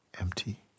empty